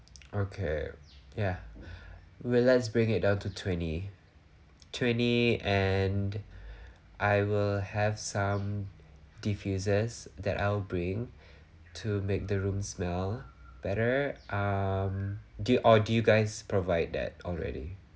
okay ya well lets bring it down to twenty twenty and I will have some diffusers that I'll bring to make the room smell better um do you or do you guys provide that already